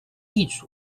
艺术